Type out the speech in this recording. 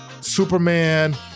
Superman